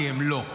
כי הם לא.